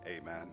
amen